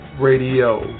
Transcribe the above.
Radio